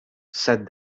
said